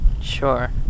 Sure